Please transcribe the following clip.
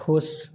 खुश